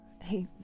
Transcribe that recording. Hey